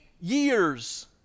years